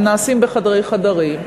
הם נעשים בחדרי חדרים.